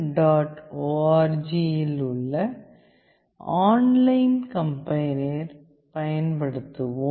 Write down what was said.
org இல் உள்ள online கம்பைலரைப் பயன்படுத்துவோம்